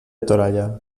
toralla